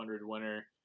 winner